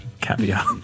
caviar